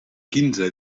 quinze